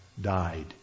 died